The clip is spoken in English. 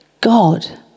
God